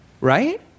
Right